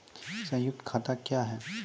संयुक्त खाता क्या हैं?